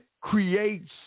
creates